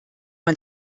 man